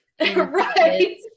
right